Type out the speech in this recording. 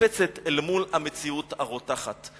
מתנפצת אל מול המציאות הרותחת,